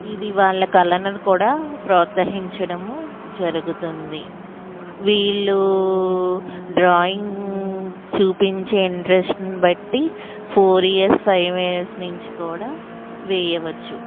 ఇది వాళ్ళ కళను కూడా ప్రోత్సహించడము జరుగుతుంది వీళ్ళు డ్రాయింగ్ చూపించే ఇంట్రెస్ట్ని బట్టి ఫోర్ ఇయర్స్ ఫైవ్ ఇయర్స్ నుంచి కూడా వెయ్యవచ్చు